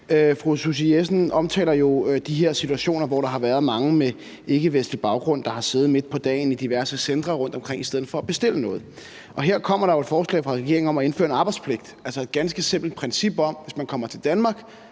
Fru Susie Jessen omtaler de her situationer, hvor der har været mange med ikkevestlig baggrund, der har siddet midt på dagen i diverse centre rundtomkring i stedet for at bestille noget. Og her kommer der jo et forslag fra regeringen om at indføre en arbejdspligt, altså et ganske simpelt princip om, at hvis man kommer til Danmark,